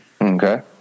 Okay